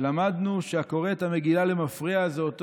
למדנו שהקורא את המגילה למפרע זה אותו